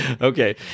Okay